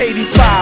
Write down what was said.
85